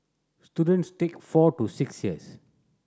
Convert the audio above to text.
students take four to six years